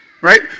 right